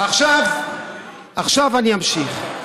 עכשיו אני אמשיך.